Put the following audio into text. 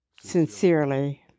sincerely